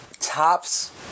tops